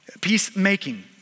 peacemaking